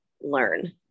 learn